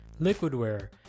Liquidware